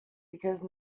because